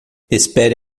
espere